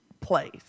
place